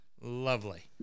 Lovely